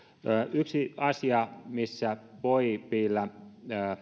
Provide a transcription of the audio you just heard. yksi asia missä voi piillä